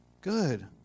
Good